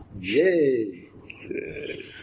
Yay